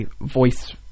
voice